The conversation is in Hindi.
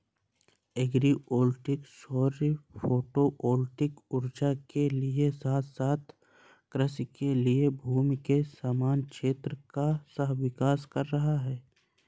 एग्री वोल्टिक सौर फोटोवोल्टिक ऊर्जा के साथ साथ कृषि के लिए भूमि के समान क्षेत्र का सह विकास कर रहा है